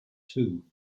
two